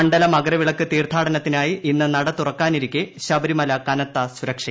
മണ്ഡല മകരവിളക്ക് തീർത്ഥാടനത്തിനായി ഇന്ന് നട തുറക്കാനിരിക്കെ ശബരിമല കനത്ത സുരക്ഷയിൽ